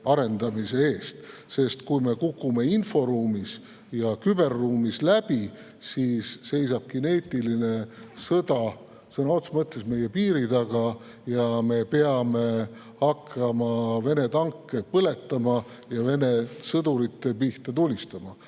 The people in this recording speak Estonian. arendamise eest. Sest kui me kukume inforuumis ja küberruumis läbi, siis seisabki kineetiline sõda sõna otseses mõttes meie piiri taga ja me peame hakkama Vene tanke põletama ja Vene sõdurite pihta tulistama.